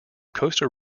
costa